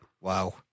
Wow